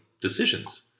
decisions